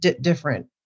different